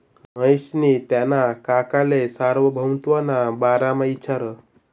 महेशनी त्याना काकाले सार्वभौमत्वना बारामा इचारं